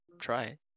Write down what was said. try